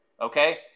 okay